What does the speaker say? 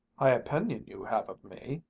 high opinion you have of me!